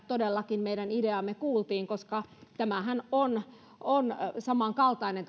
todellakin meidän ideamme kuultiin koska tämä hallituksen esityshän on samankaltainen